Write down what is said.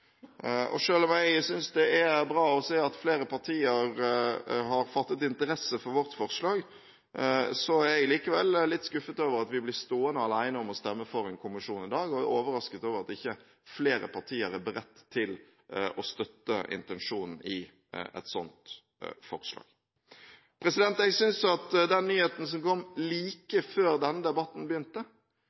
om jeg synes det er bra å se at flere partier har fattet interesse for vårt forslag, er jeg likevel litt skuffet over at vi blir stående alene om å stemme for en kommisjon i dag. Jeg er overrasket over at ikke flere partier er beredt til å støtte intensjonen i et slikt forslag. Jeg synes at den nyheten som kom like før denne debatten begynte,